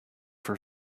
for